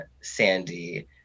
Sandy